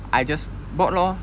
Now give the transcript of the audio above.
I just bought lor